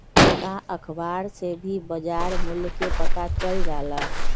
का अखबार से भी बजार मूल्य के पता चल जाला?